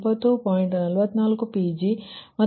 142 Pg2 ಸಿಗುತ್ತದೆ